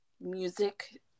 music